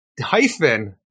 hyphen –